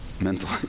mental